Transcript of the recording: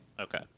Okay